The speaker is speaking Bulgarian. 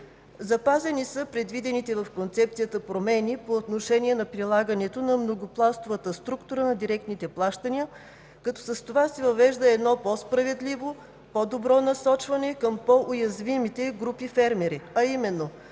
Запазени са предвидените в концепцията промени по отношение на прилагането на многопластовата структура на директните плащания, като с това се въвежда едно по-справедливо, по-добро насочване към по-уязвимите групи фермери, а именно: